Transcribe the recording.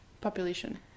Population